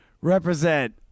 Represent